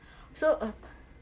so uh